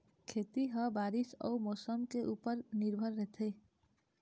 खेती ह बारीस अऊ मौसम के ऊपर निर्भर रथे